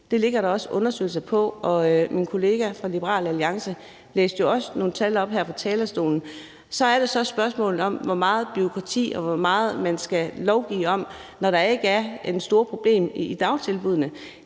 Det ligger der også undersøgelser om, og min kollega fra Liberal Alliance læste jo også nogle tal op her fra talerstolen. Så er der så spørgsmålet om, hvor meget bureaukrati der skal være, og hvor meget man skal lovgive, når der ikke er det store problem i dagtilbuddene.